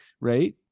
right